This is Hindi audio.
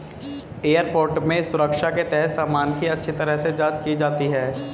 एयरपोर्ट में सुरक्षा के तहत सामान की अच्छी तरह से जांच की जाती है